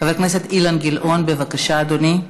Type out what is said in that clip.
חבר הכנסת אילן גילאון, בבקשה, אדוני.